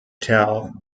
towel